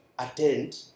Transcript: attend